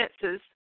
senses